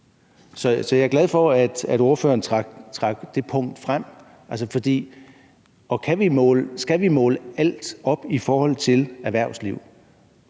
Så jeg er glad for, at ordføreren trak det punkt frem. Skal vi måle alt op i forhold til erhvervsliv?